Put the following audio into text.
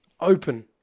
open